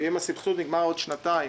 ואם הסבסוד נגמר בעוד שנתיים,